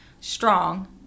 strong